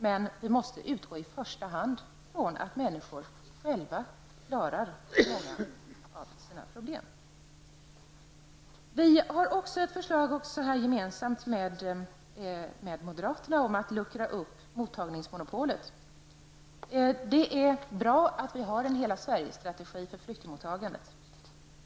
Men vi måste i första hand utgå ifrån att människor själva klarar många av sina problem. Vi har också ett förslag gemensamt med moderaterna om att luckra upp mottagningsmonopolet. Det är bra att det finns en strategi för hela Sverige när det gäller flyktingmottagandet.